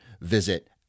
visit